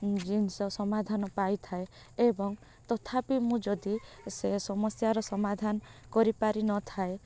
ଜିନିଷ ସମାଧାନ ପାଇ ଥାଏ ଏବଂ ତଥାପି ମୁଁ ଯଦି ସେ ସମସ୍ୟାର ସମାଧାନ କରିପାରି ନ ଥାଏ